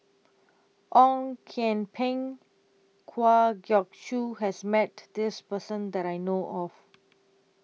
Ong Kian Peng Kwa Geok Choo has Met This Person that I know of